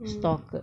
stock